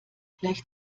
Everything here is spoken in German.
gleich